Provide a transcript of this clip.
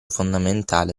fondamentale